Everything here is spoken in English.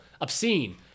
obscene